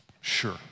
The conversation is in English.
sure